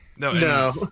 no